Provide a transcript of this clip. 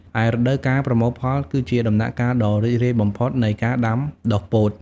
ឯរដូវកាលប្រមូលផលគឺជាដំណាក់កាលដ៏រីករាយបំផុតនៃការដាំដុះពោត។